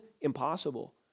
Impossible